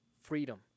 freedom